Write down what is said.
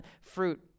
fruit